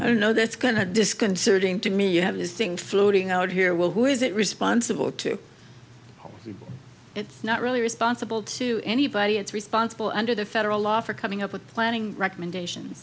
i know that's going to disconcerting to me you have this thing floating out here well who is it responsible to you it's not really responsible to anybody it's responsible under the federal law for coming up with planning recommendations